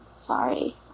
Sorry